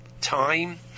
time